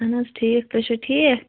اَہَن حظ ٹھیٖک تُہۍ چھِو ٹھیٖک